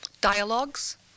dialogues